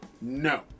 No